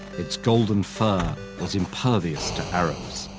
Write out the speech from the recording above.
its golden fur was impervious to arrows,